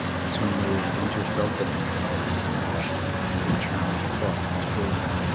soon old winter felt that his power had vanished and that the charm of the frost was broken.